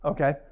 Okay